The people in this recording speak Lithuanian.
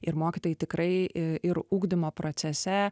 ir mokytojai tikrai ir ugdymo procese